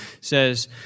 says